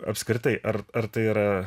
apskritai ar ar tai yra